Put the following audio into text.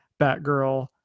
Batgirl